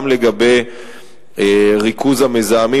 גם לגבי ריכוז המזהמים,